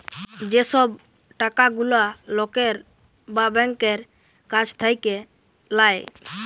যে সব টাকা গুলা লকের বা ব্যাংকের কাছ থাক্যে লায়